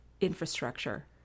infrastructure